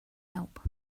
help